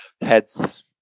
heads